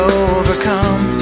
overcome